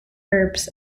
herbs